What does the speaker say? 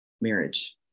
marriage